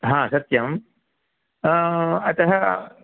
हा सत्यं अतः